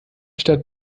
stadt